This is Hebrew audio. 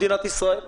זאת